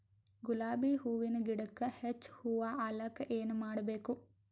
ಗುಲಾಬಿ ಹೂವಿನ ಗಿಡಕ್ಕ ಹೆಚ್ಚ ಹೂವಾ ಆಲಕ ಏನ ಮಾಡಬೇಕು?